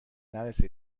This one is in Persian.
نرسه